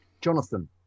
Jonathan